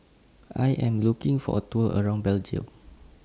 I Am looking For A Tour around Belgium